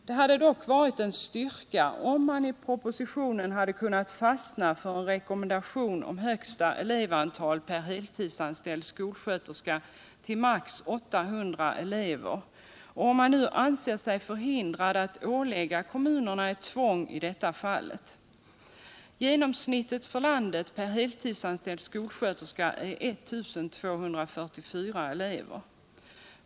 Det hade dock varit en styrka om man i proposivionen hade kunnat fastna för en rekommendation om högsta elevuntal per heltidsanstäöälfd skolsköterska till max 800 elever, om man nu ansett sig förhindrad att ålägga kommunerna ett tvång i deua fall. Genomsniuet för landet per heluidsanställd skolsköterska är I 244 elever.